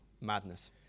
madness